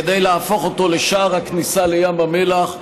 כדי להפוך אותו לשער הכניסה לים המלח,